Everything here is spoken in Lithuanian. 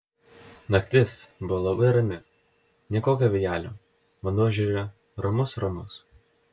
naktis buvo labai rami nė kokio vėjelio vanduo ežere ramus ramus